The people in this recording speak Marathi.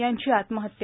यांची आत्महत्या